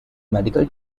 medical